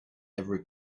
ever